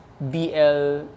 BL